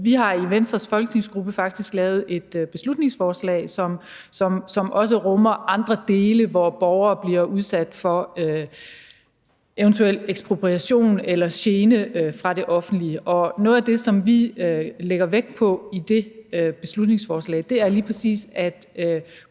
at vi i Venstres folketingsgruppe faktisk har lavet et beslutningsforslag, som også rummer andre dele, der vedrører borgere, der bliver udsat for eventuel ekspropriation eller gene fra det offentlige. Og noget af det, som vi lægger vægt på i det beslutningsforslag, er lige præcis, at